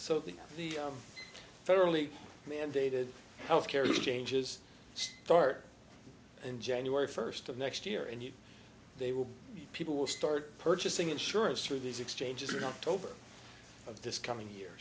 so the the federally mandated health care exchanges start in january first of next year and they will people will start purchasing insurance through these exchanges in october of this coming year